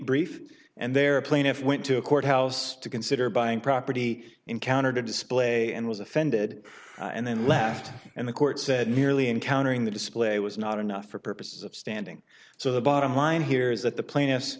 brief and their plaintiff went to a court house to consider buying property encountered a display and was offended and then left and the court said merely encountering the display was not enough for purposes of standing so the bottom line here is that the pla